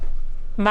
מה